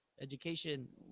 education